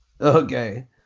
Okay